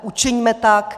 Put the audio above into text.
Učiňme tak.